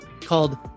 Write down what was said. called